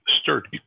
sturdy